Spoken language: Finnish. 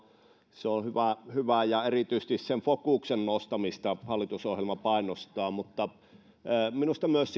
se on hyvä ja erityisesti sen fokuksen nostamista hallitusohjelma painottaa minusta myös